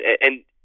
and-